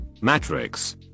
matrix